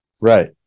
Right